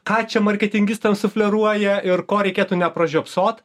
ką čia marketingistams sufleruoja ir ko reikėtų nepražiopsot